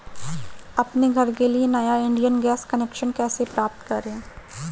अपने घर के लिए नया इंडियन गैस कनेक्शन कैसे प्राप्त करें?